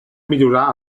millorar